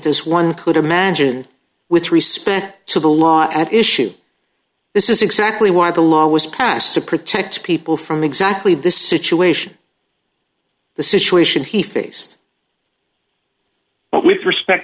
this one could imagine with respect to the law at issue this is exactly why the law was passed to protect people from exactly this situation the situation he faced with respect